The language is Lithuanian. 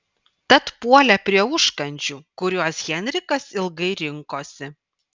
tad puolė prie užkandžių kuriuos henrikas ilgai rinkosi